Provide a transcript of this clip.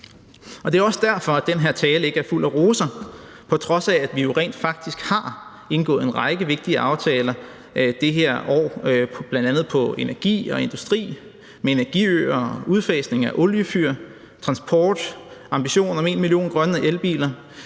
Det er også derfor, at den her tale ikke er fuld af roser, på trods af at vi jo rent faktisk har indgået en række vigtige aftaler det her år, bl.a. om energi og industri, om energiøer, om udfasning af oliefyr, transport, om en ambition om en million grønne elbiler,